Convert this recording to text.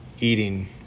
eating